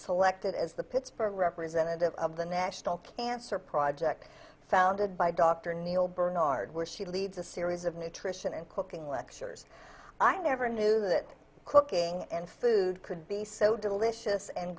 selected as the pittsburgh representative of the national cancer project founded by dr neal barnard where she leads a series of nutrition and cooking lectures i never knew that cooking and food could be so delicious and